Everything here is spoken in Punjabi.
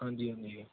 ਹਾਂਜੀ ਹਾਂਜੀ